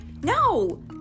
No